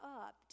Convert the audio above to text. up